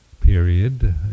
period